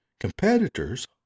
Competitors